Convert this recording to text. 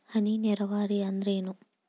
ಹನಿ ನೇರಾವರಿ ಅಂದ್ರೇನ್ರೇ?